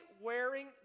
wearing